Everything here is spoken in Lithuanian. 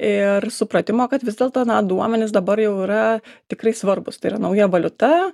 ir supratimo kad vis dėlto na duomenys dabar jau yra tikrai svarbūs tai yra nauja valiuta